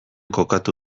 kokatu